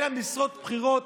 אלא יהיו משרות בכירות,